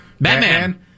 Batman